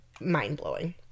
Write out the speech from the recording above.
mind-blowing